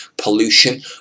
pollution